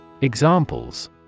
Examples